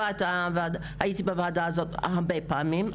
הייתי בוועדה הזאת הרבה פעמים.